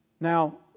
Now